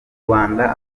rwanda